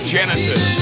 Genesis